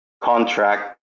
contract